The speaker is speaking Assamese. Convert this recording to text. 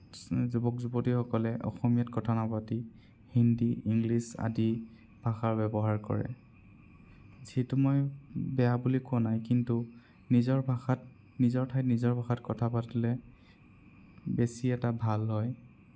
যুৱক যুৱতীসকলে অসমীয়াত কথা নাপাতি হিন্দী ইংলিছ আদি ভাষাৰ ব্যৱহাৰ কৰে যিটো মই বেয়া বুলি কোৱা নাই কিন্তু নিজৰ ভাষাত নিজৰ ঠাইত নিজৰ ভাষাত কথা পাতিলে বেছি এটা ভাল হয়